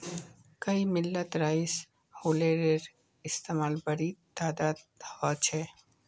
कई मिलत राइस हुलरेर इस्तेमाल बड़ी तदादत ह छे